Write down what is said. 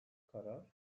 karar